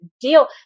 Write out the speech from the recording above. deal